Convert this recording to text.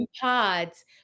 Pods